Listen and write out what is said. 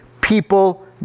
people